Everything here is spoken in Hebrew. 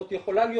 אלה יכולות להיות